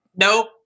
Nope